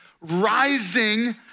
rising